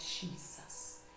Jesus